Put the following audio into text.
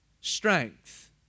Strength